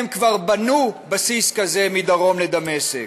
הם כבר בנו בסיס כזה מדרום לדמשק.